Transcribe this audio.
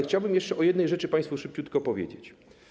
Chciałbym o jeszcze jednej rzeczy państwu szybciutko powiedzieć.